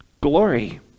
glory